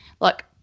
look